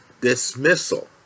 dismissal